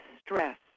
stress